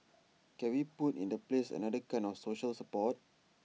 can we put in the place another kind of social support